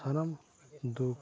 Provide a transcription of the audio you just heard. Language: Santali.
ᱥᱟᱱᱟᱢ ᱫᱩᱠᱷ